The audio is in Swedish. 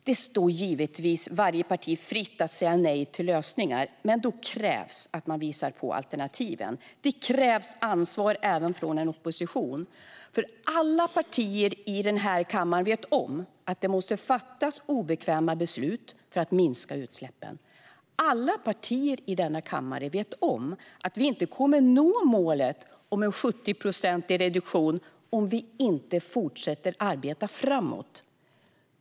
Det står givetvis varje parti fritt att säga nej till lösningar, men då krävs det att man visar på alternativen. Det krävs ansvar även från en opposition, för alla partier i denna kammare vet att det måste fattas obekväma beslut för att minska utsläppen. Alla partier i denna kammare vet att vi inte kommer att nå målet om en 70-procentig reduktion om vi inte fortsätter att arbeta framåt.